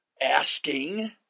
asking